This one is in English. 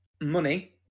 money